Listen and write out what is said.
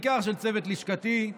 בעיקר של צוות לשכתי,